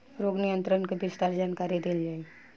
रोग नियंत्रण के विस्तार जानकरी देल जाई?